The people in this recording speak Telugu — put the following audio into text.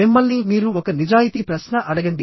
మిమ్మల్ని మీరు ఒక నిజాయితీ ప్రశ్న అడగండి